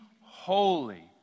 holy